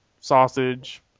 sausage